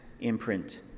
imprint